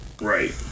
Right